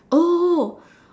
oh